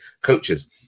coaches